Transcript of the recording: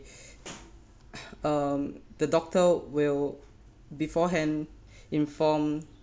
um the doctor will beforehand inform